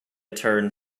turned